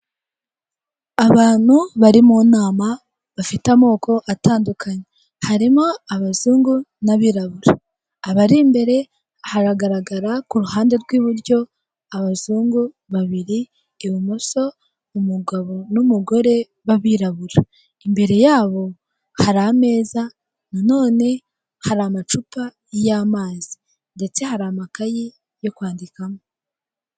Abantu bari mu nama bafite amoko atandukanye, harimo abazungu n'abirabura, abari imbere haragaragara ku ruhande rw'iburyo abazungu babiri, ibumoso umugabo n'umugore b'abirabura. Imbere yabo hari ameza nanone hari amacupa y'amazi, ndetse hari amakayi yo kwandikamo.